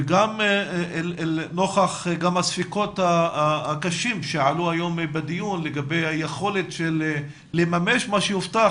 וגם אל נוכח הספקות הקשים שעלו היום בדיון לגבי היכולת לממש מה שהובטח,